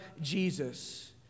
Jesus